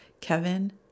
Kevin